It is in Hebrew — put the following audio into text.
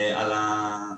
על זה